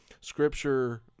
Scripture